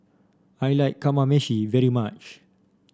I like Kamameshi very much